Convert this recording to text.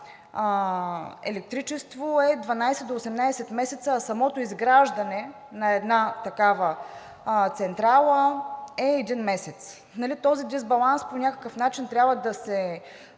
електричество, е 12 до 18 месеца, а самото изграждане на една такава централа е един месец, този дисбаланс по някакъв начин трябва да се